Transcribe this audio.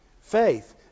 faith